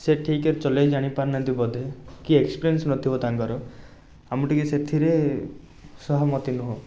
ସିଏ ଠିକ୍ରେ ଚଲେଇ ଜାଣିପାରୁନାହାନ୍ତି ବୋଧେ କି ଏକ୍ସପେରିଏନ୍ସ ନଥିବ ତାଙ୍କର ଆଉ ମୁଁ ଟିକିଏ ସେଥିରେ ସହମତି ନୁହଁ